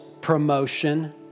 promotion